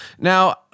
now